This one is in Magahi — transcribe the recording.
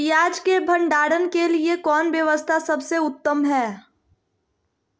पियाज़ के भंडारण के लिए कौन व्यवस्था सबसे उत्तम है?